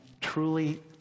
truly